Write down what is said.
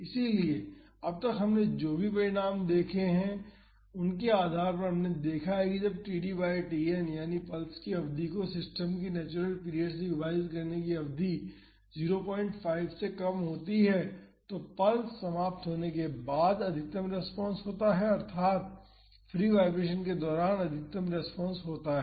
इसलिए अब तक हमने जो परिणाम देखे हैं उनके आधार पर हमने देखा है कि जब td बाई Tn यानी पल्स की अवधि को सिस्टम की नेचुरल पीरियड से विभाजित करने की अवधि 05 से कम होती है तो पल्स समाप्त होने के बाद अधिकतम रेस्पॉन्स होता है अर्थात फ्री वाईब्रेशन के दौरान अधिकतम रेस्पॉन्स होता है